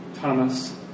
Thomas